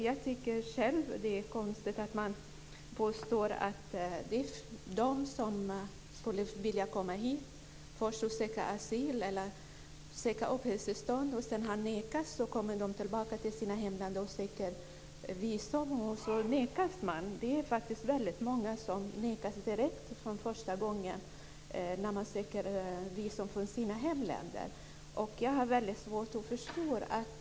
Jag tycker själv att det är konstigt att man påstår att de som skulle vilja komma hit först har sökt asyl eller uppehållstillstånd och har nekats. Sedan kommer de tillbaka till sina hemländer och söker visum, och så nekas de visum. Det är faktiskt väldigt många som nekas direkt från första gången när de söker visum från sina hemländer. Jag har väldigt svårt att förstå detta.